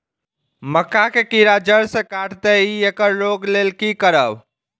मक्का के कीरा जड़ से काट देय ईय येकर रोके लेल की करब?